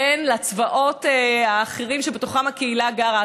לצבאות האחרים שבתוכם הקהילה גרה,